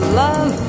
love